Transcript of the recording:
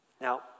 Now